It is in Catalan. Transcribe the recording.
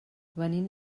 venim